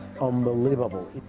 unbelievable